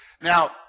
Now